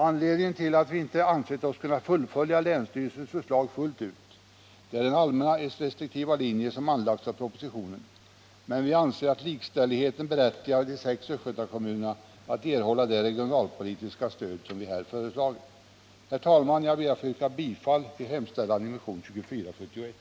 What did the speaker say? Anledningen till att vi inte ansett oss kunna fullfölja länsstyrelsens förslag fullt ut är den allmänt restriktiva linje som anlagts i propositionen, men vi anser att likställighetskravet berättigar de sex Östgötakommunerna att erhålla det regionalpolitiska stöd som vi här föreslagit. Herr talman! Jag ber att få yrka bifall till hemställan i motionen 2471.